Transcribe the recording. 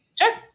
Sure